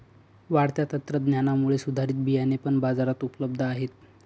वाढत्या तंत्रज्ञानामुळे सुधारित बियाणे पण बाजारात उपलब्ध आहेत